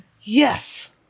Yes